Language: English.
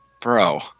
Bro